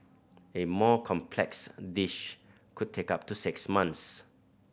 a more complex dish could take up to six months